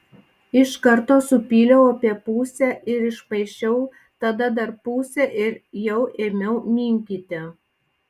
iš karto supyliau apie pusę ir išmaišiau tada dar pusę ir jau ėmiau minkyti